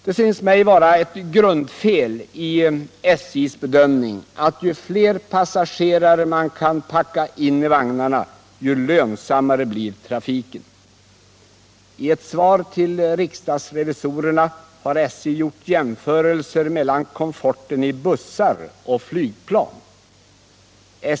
Det synes mig vara ett grundfel i SJ:s bedömning att man tror att ju fler passagerare man kan packa in i vagnarna, desto lönsammare blir trafiken. I ett svar till riksdagsrevisorerna har SJ gjort jämförelser med komforten i bussar och flygplan.